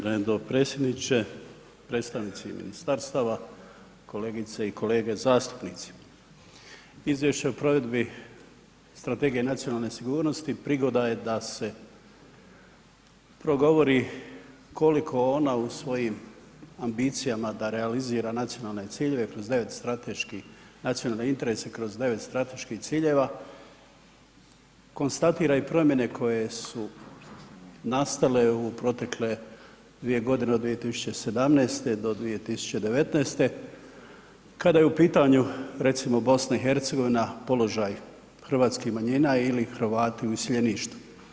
Gospodine dopredsjedniče, predstavnici ministarstava, kolegice i kolege zastupnici, izvješće o provedi Strategije nacionalne sigurnosti prigoda je da se progovori koliko ona u svojim ambicijama da realizira nacionalne ciljeve kroz 9 strateških, nacionalne interese kroz 9 strateških ciljeva konstatira i promjene koje su nastale u protekle dvije godine od 2017. do 2019. kada je u pitanju recimo BiH položaj hrvatskih manjina ili Hrvati u iseljeništvu.